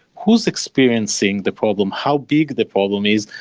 who's experiencing the problem? how big the problem is?